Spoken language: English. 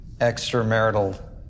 extramarital